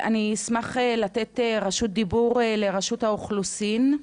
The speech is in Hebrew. אני אשמח לתת רשות דיבור לרשות האוכלוסין,